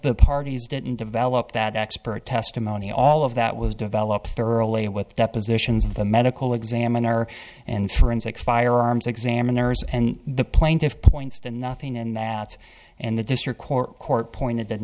the parties didn't develop that expert testimony all of that was developed thoroughly with depositions of the medical examiner and forensic firearms examiners and the plaintiffs points to nothing in that and the district court pointed that